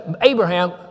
Abraham